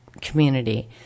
community